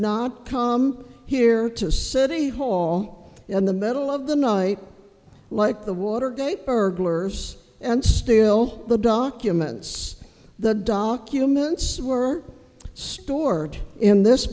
not come here to city hall in the middle of the night like the watergate burglars and still the documents the documents were stored in this